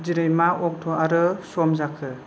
दिनै मा अक्ट' आरो सम जाखो